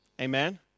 Amen